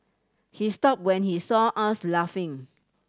he stopped when he saw us laughing